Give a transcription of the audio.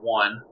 one